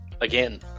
again